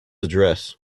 address